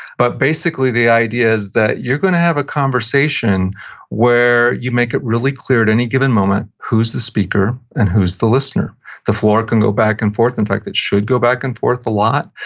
but basically the idea is that you're going to have a conversation where you make it really clear at any given moment who's the speaker, and who's the listener the floor can go back and forth, in fact, it should go back and forth a lot,